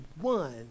one